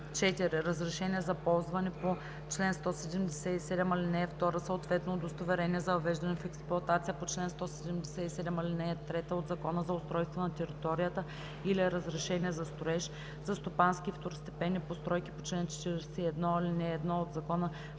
4. разрешение за ползване по чл. 177, ал. 2, съответно удостоверение за въвеждане в експлоатация по чл. 177, ал. 3 от Закона за устройство на територията, или разрешение за строеж – за стопански и второстепенни постройки по чл. 41, ал. 1 от Закона